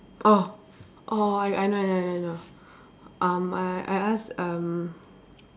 orh orh I I know I know I know um I I asked um